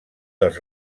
dels